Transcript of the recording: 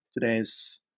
today's